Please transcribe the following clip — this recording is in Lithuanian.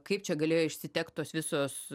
kaip čia galėjo išsitekt tos visos